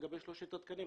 לגבי שלושת התקנים,